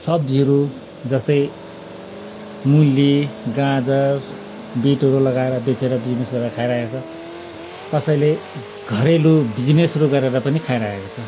सब्जीहरू जस्तै मुली गाजर बिटहरू लगाएर बेचेर बिजनेस गरेर खाइरहेको छ कसैले घरेलु बिजिनेसहरू गरेर पनि खाइरहेको छ